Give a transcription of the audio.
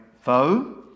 foe